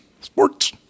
Sports